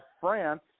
France